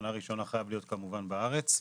שנה ראשונה חייב להיות כמובן בארץ.